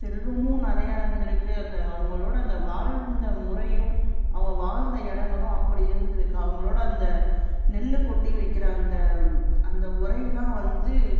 செல்வமும் நிறையா இருந்துருக்குது அந்த அவங்களோட அந்த வாழ்ந்த முறையும் அவங்க வாழ்ந்த இடங்களும் அப்படி இருந்திருக்கு அவங்களோட அந்த நெல் கொட்டி வைக்கிற அந்த அந்த உரையைலாம் வந்து